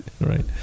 Right